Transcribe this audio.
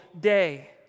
day